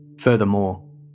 Furthermore